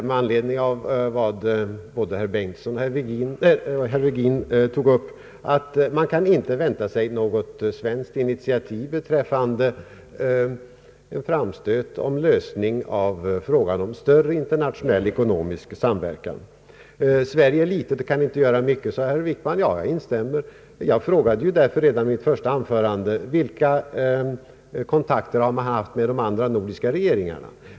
Med anledning av vad herr Wickman anförde konstaterar jag att man inte kan vänta sig något svenskt initiativ om en framstöt för lösning av frågan om «större internationell ekonomisk samverkan. Sverige är litet och kan inte göra mycket, sade herr Wickman, och det instämmer jag i. Redan i mitt första anförande frågade jag därför vilka kontakter Sverige har haft med de övriga nordiska regeringarna.